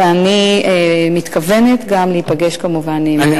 אני מתכוונת גם להיפגש כמובן עם המקביל,